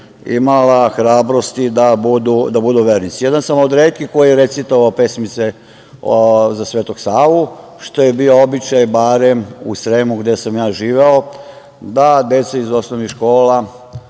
imala hrabrosti da budu vernici. Jedan sam od retkih koji je recitovao pesmice za Svetog Savu, što je bio običaj, barem u Sremu gde sam ja živeo, da deca iz osnovnih škola,